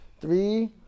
three